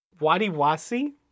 Wadiwasi